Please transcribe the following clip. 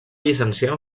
llicenciar